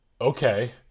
okay